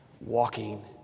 walking